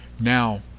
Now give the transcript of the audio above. Now